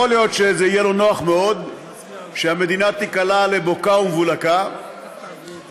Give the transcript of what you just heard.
יכול להיות שזה יהיה לו נוח מאוד שהמדינה תיקלע לבוקה ומבולקה בנושאים